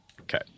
Okay